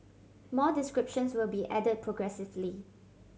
more descriptions will be add progressively